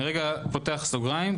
אני פותח סוגרים.